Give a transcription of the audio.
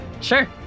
Sure